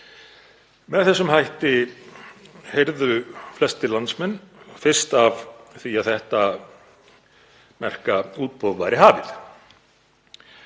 Með þessum hætti heyrðu flestir landsmenn fyrst af því að þetta merka útboð væri hafið